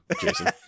Jason